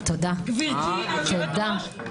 גברתי היושבת-ראש,